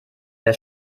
der